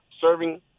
serving